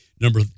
Number